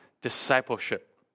discipleship